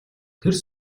тэр